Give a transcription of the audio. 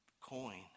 coin